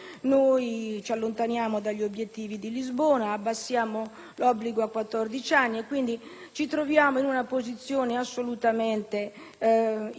allontaniamo dagli obiettivi di Lisbona ed abbassiamo l'obbligo a 14 anni, trovandoci quindi in una posizione assolutamente inaccettabile.